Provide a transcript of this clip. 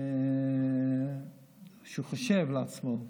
שחושב לעצמו,